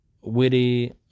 witty